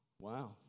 Wow